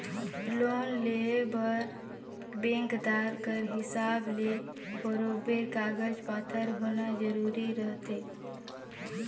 loan लेय बर बेंकदार कर हिसाब ले बरोबेर कागज पाथर होना जरूरी रहथे